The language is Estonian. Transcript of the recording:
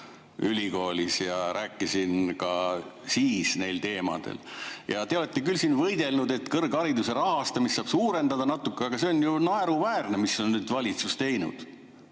ülikoolis ja rääkisin ka siis neil teemadel. Te olete küll siin võidelnud, et kõrghariduse rahastamist saab suurendada natuke, aga see on ju naeruväärne, mis on valitsus teinud.